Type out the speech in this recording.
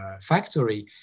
factory